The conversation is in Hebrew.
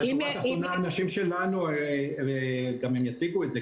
הנשים שלנו הן גם יציגו את זה,